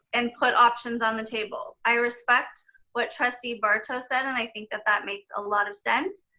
and put options on the table. i respect what trustee barto said. and i think that that makes a lot of sense.